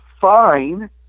fine